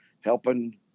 helping